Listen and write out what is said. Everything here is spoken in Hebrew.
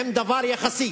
הן דבר יחסי.